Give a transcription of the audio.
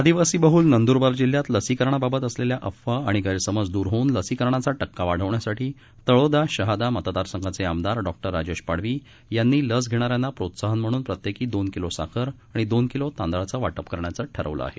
आदिवासी बहुल नंद्रबार जिल्ह्यात लसीकरण बाबत असलेल्या अफवा आणि गैरसमज द्र होऊन लसीकरणाचा टक्का वाढवण्यासाठी तळोदा शहादा मतदारसंघाचे आमदार डॉ राजेश पाडवी यांनी लस घेणाऱ्यांना प्रोत्साहन म्हणून प्रत्येकी दोन किलो साखर आणि दोन किलो तांदूळाचे वाटप करण्याचं ठरवलं आहे